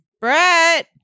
Brett